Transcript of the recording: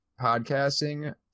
podcasting